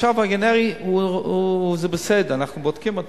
עכשיו, הגנרי זה בסדר, אנחנו בודקים אותם.